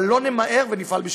אבל לא נמהר, ונפעל בשקיפות.